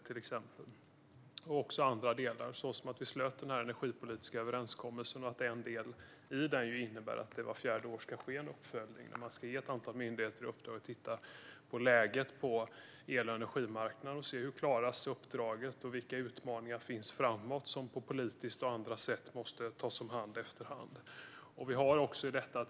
Han beskriver att vi slöt den energipolitiska överenskommelsen och att en del i den innebär att det vart fjärde år ska ske en uppföljning, där man ska ge ett antal myndigheter i uppdrag att titta på läget på el och energimarknaden och se hur man klarar uppdraget och vilka utmaningar som finns framöver och måste tas om hand politiskt och på annat sätt.